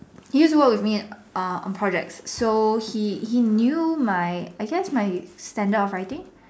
he also the one with me in err on projects so he he knew my I guess my standard of writing